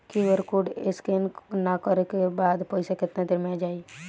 QR code scan न करे क बाद पइसा केतना देर म जाई?